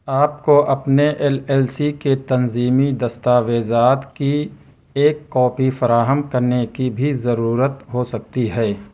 آپ کو اپنے ایل ایل سی کے تنظیمی دستاویزات کی ایک کاپی فراہم کرنے کی بھی ضرورت ہو سکتی ہے